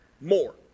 more